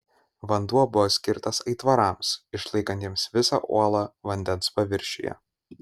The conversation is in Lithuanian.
vanduo buvo skirtas aitvarams išlaikantiems visą uolą vandens paviršiuje